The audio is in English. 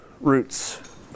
roots